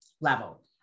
level